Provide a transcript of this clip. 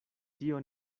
tio